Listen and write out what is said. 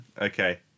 okay